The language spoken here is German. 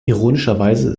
ironischerweise